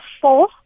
four